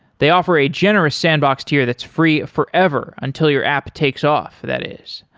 they offer a generous sandbox tier that's free forever until your app takes off, that is.